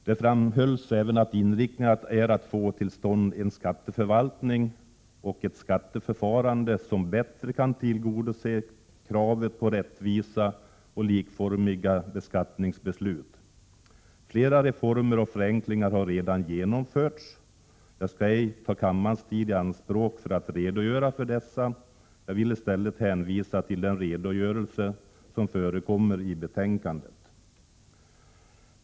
Det framhölls även att inriktningen var att få till stånd en skatteförvaltning och ett skatteförfarande som bättre kunde tillgodose kravet på rättvisa och likformiga beskattningsbeslut. Flera reformer och förenklingar har redan genomförts. Jag skall inte ta kammarens tid i anspråk med att redogöra för dessa, utan vill i stället hänvisa till redogörelsen i betänkandet.